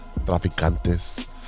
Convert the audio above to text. traficantes